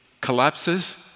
collapses